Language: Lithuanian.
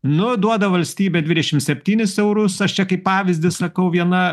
nu duoda valstybė dvidešimt septynis eurus aš čia kaip pavyzdį sakau viena